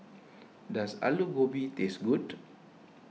does Aloo Gobi taste good